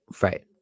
Right